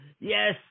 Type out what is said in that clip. Yes